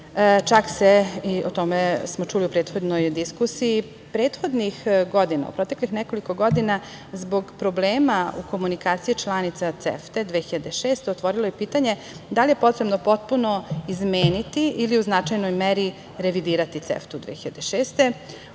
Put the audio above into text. barijera. O tome smo čuli u prethodnoj diskusiji.U proteklih nekoliko godina zbog problema u komunikaciji članica CEFTA 2006 otvorilo pitanje da li je potrebno potpuno izmeniti ili u značajnoj meri revidirati CEFTA 2006.